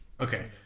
Okay